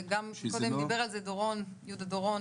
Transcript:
וגם קודם דיבר על זה יהודה דורון,